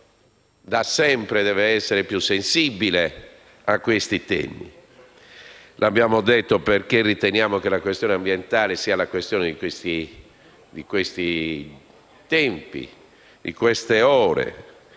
da sempre, deve essere più sensibile a questi temi. L'abbiamo detto perché riteniamo che la questione ambientale sia una questione di questi tempi e di queste ore.